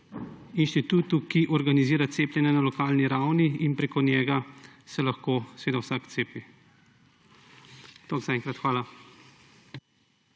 inštitutu, ki organizira cepljenje na lokalni ravni, in preko njega se lahko seveda vsak cepi. Toliko za enkrat. Hvala.